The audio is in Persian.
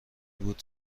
بود